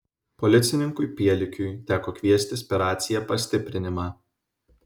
policininkui pielikiui teko kviestis per raciją pastiprinimą